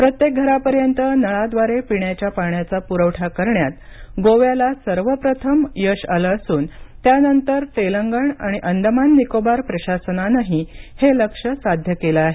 प्रत्येक घरापर्यंत नळाद्वारे पिण्याच्या पाण्याचा पुरवठा करण्यात गोव्याला सर्व प्रथम यासह आलं असून त्यानंतर तेलंगण आणि अंदमान निकोबार प्रशासनानंही हे लक्ष्य साध्य केलं आहे